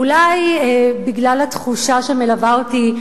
אולי בגלל התחושה שמלווה אותי,